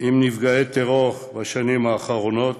עם נפגעי הטרור בשנים האחרונות,